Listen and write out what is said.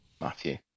Matthew